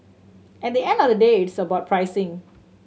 at the end of the day it's about pricing